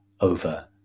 over